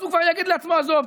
אז הוא כבר יגיד לעצמו: עזבו,